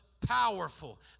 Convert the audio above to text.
powerful